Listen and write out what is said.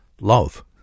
love